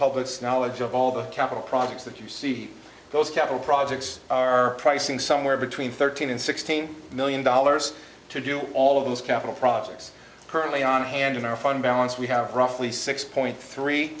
public's knowledge of all the capital projects that you see those capital projects are pricing somewhere between thirteen and sixteen million dollars to do all of those capital projects currently on hand in our fund balance we have roughly six point three